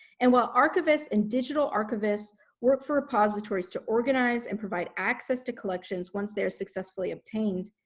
and while archivists and digital archivists work for repositories to organize and provide access to collections once they are successfully obtained,